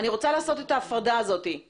אני רוצה לעשות את ההפרדה הזאת, בסדר?